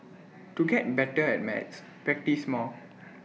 to get better at maths practise more